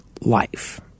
life